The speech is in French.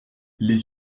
les